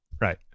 Right